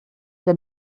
der